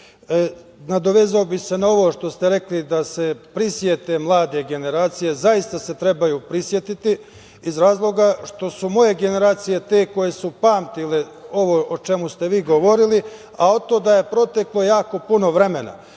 Nadovezao bih se na ovo što ste rekli da se prisete mlade generacije. Zaista se trebaju prisetiti iz razloga što su moje generacije te koje su pamtile ovo o čemu ste vi govorili, a od tada je proteklo jako puno vremena